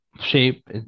shape